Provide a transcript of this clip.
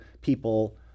people